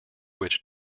which